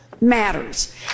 matters